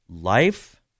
life